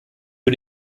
für